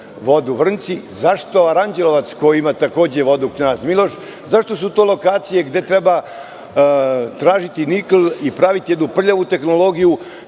vodu Vrnjci, zašto Aranđelovac koji ima takođe vodu Knjaz Miloš, zašto su to lokacije gde treba tražiti nikl i praviti jednu prljavu tehnologiju